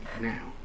now